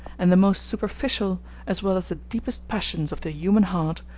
and the most superficial as well as the deepest passions of the human heart,